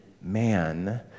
man